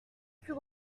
plus